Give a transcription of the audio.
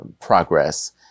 progress